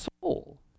soul